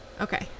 Okay